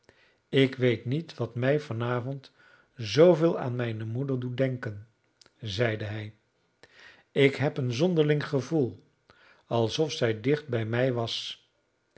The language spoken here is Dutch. ik weet niet wat mij van avond zooveel aan mijne moeder doet denken zeide hij ik heb een zonderling gevoel alsof zij dicht bij mij was